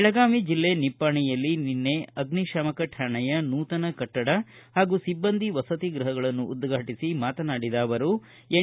ಬೆಳಗಾವಿ ಜಿಲ್ಲೆ ನಿಪ್ಪಾಣಿಯಲ್ಲಿ ನಿನ್ನೆ ಅಗ್ನಿಶಾಮಕ ಶಾಣೆಯ ನೂತನ ಕಟ್ಟಡ ಹಾಗೂ ಸಿಬ್ಬಂದಿ ವಸತಿಗೃಹಗಳನ್ನು ಉದ್ಘಾಟಿಸಿ ಮಾತನಾಡಿದ ಅವರು ಎನ್